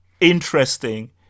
interesting